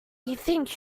think